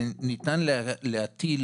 שניתן להטיל